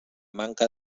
manca